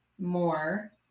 more